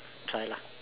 try lah